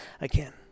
again